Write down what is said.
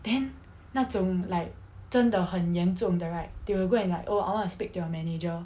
then 那种 like 真的很严重的 right they will go and like oh I want to speak to your manager